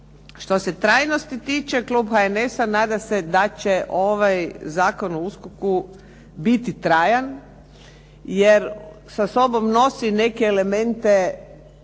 Štos e trajnosti tiče, klub HNS-a nada se da će ovaj Zakon o USKOK-u biti trajan jer sa sobom nosi neke elemente,